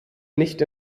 nicht